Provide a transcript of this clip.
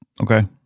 Okay